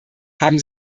haben